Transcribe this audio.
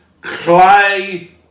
clay